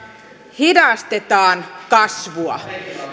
hidastetaan kasvua